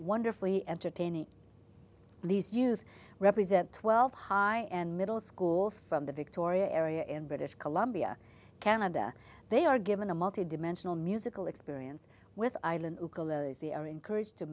wonderfully entertaining these youth represent twelve high and middle schools from the victoria area and british columbia canada they are given a multidimensional musical experience with island are encouraged to